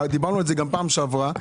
ודיברנו על זה גם בפעם שעברה,